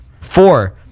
Four